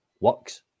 works